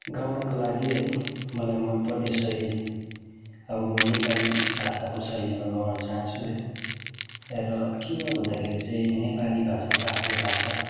गाउनका लागि है मलाई मनपर्ने शैली अब म नेपाली भाषाको शैलीमा गाउन चाहन्छु है र किन भन्दाखेरि चाहिँ नेपाली भाषा चाहिँ आफ्नो भाषा